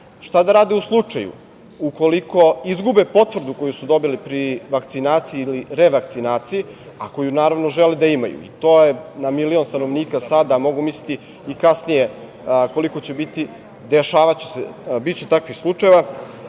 Šta da rade u slučaju ukoliko izgube potvrdu koju su dobili pri vakcinaciji ili revakcinaciji, a koju, naravno, žele da imaju. To je na milion stanovnika sada, a mogu misliti i kasnije koliko će biti. Dešavaće se, biće takvih slučajeva. Još